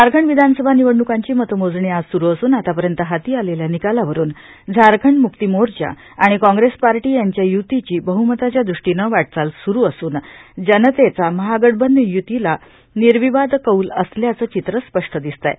झारखंड विधानसभा निवडणुकांची मतमोजणी आज स्रुरू असून आतापर्यंत हाती आलेल्या निकालावरून झारखंड मुक्ती मोर्चा आणि काँग्रेस पार्टी यांच्या युतीची बहुमताच्या दृष्टीनं वाटचाल सुरू असून जनतेचा महागढबंधन युतीला निर्विवाद कौल असल्याचं चित्र स्पष्ट दिसतंय